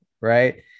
right